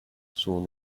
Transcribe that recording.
soon